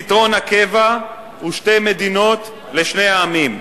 פתרון הקבע הוא שתי מדינות לשני העמים,